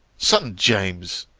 son james!